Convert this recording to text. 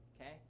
Okay